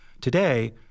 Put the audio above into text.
Today